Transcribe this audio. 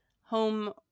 home